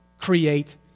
create